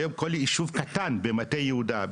היום כל יישוב קטן במטה יהודה,